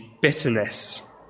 bitterness